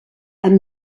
amb